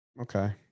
Okay